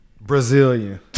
Brazilian